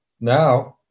now